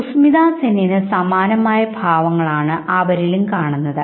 സുസ്മിതാസെൻന് സമാനമായ ഭാവങ്ങളാണ് അവരിലും കാണുന്നത്